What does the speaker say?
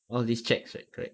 all these checks right correct